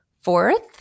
Fourth